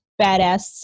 badass